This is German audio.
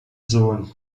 sohn